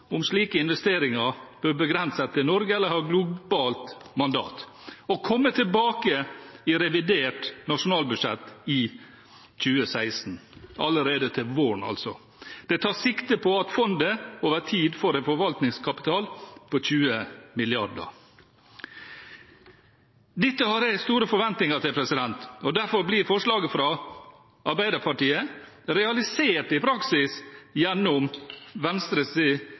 om slike investeringer bør begrenses til Norge eller ha globalt mandat, og komme tilbake i revidert nasjonalbudsjett 2016.» – altså allerede til våren – «Det tas sikte på at fondet over tid får en forvaltningskapital på 20 mrd. kroner.» Dette har jeg store forventninger til. Og derfor blir forslaget fra Arbeiderpartiet i praksis realisert gjennom